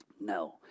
no